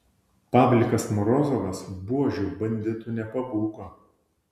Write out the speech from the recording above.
pavlikas morozovas buožių banditų nepabūgo